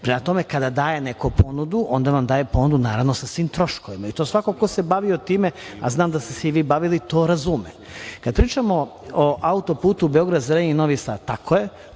prema tome kada daje neko ponudu, on vam daje ponudu sa svim troškovima. Svako ko se bavio time, a znam da ste se i vi bavili, to razume. Kada pričamo o autoputu Beograd-Zrenjani-Novi Sad, tako je,